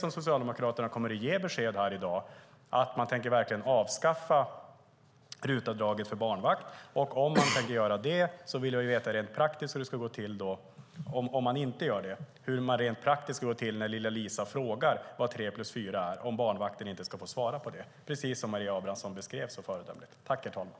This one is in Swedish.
Kommer Socialdemokraterna att ge besked här i dag på om man verkligen tänker avskaffa RUT-avdraget för barnvakt? Om man inte avskaffar RUT-avdraget vill jag veta hur det ska gå till rent praktiskt när lilla Lisa frågar vad 3 + 4 är och om barnvakten inte ska få svara på det, precis som Maria Abrahamsson så föredömligt beskrev.